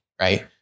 Right